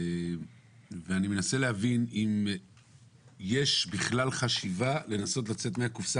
ואני מנסה להבין אם יש בכלל חשיבה לנסות לצאת מהקופסה